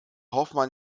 hoffmann